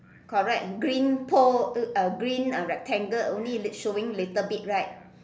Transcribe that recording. correct green pole uh a green ah rectangle only lit~ only showing little bit right